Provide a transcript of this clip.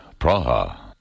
Praha